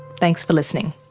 thanks for listening